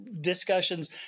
discussions